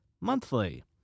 monthly